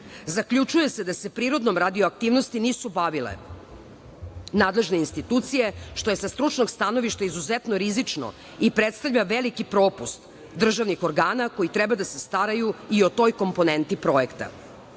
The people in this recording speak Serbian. okruženje. Zaključuje se da se prirodnom radioaktivnosti nisu bavile nadležne institucije, što je sa stručnog stanovišta izuzetno rizično i predstavlja veliki propust državnih organa koji treba da se staraju i o toj komponenti projekta. Projekat